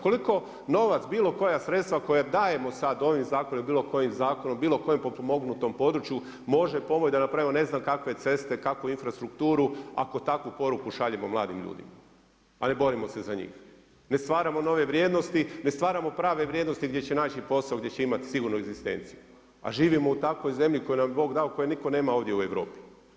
Koliko novac, bilo koja sredstva koja dajemo sada ovim zakonom ili bilo kojim zakonom, bilo kojem potpomognutom području može pomoći da napravimo ne znam kakve ceste, kakvu infrastrukturu ako takvu poruku šaljemo mladim ljudima, a ne borimo se za njih, ne stvaramo nove vrijednosti, ne stvaramo prave vrijednosti gdje će naći posao, gdje će imati sigurnu egzistenciju, a živimo u takvoj zemlji koju nam je Bog dao koju niko nema ovdje u Europi.